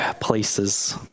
places